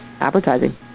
advertising